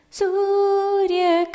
surya